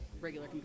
regular